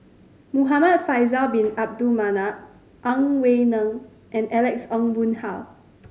Muhamad Faisal Bin Abdul Manap Ang Wei Neng and Alex Ong Boon Hau